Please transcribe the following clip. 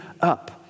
up